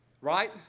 Right